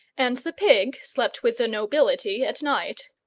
and the pig slept with the nobility at night.